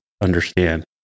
understand